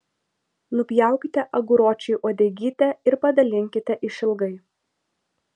nupjaukite aguročiui uodegytę ir padalinkite išilgai